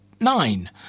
nine